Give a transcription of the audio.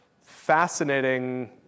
fascinating